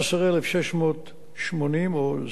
11,680, או זו מה שהיתה ההערכה.